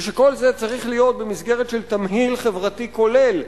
וכל זה צריך להיות במסגרת של תמהיל חברתי כולל,